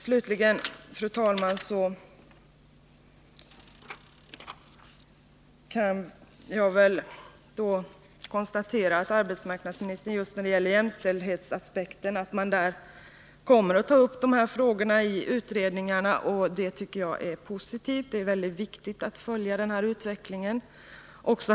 Slutligen, fru talman, kan jag konstatera att arbetsmarknadsministern säger att man i utredningarna kommer att ta upp jämställdhetsaspekterna. Det tycker jag är positivt. Det är viktigt att här följa utvecklingen.